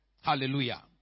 Hallelujah